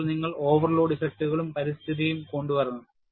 അപ്പോൾ നിങ്ങൾ ഓവർലോഡ് ഇഫക്റ്റുകളും പരിസ്ഥിതിയും കൊണ്ടുവരണം